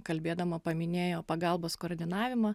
kalbėdama paminėjo pagalbos koordinavimą